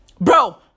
Bro